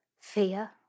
Fear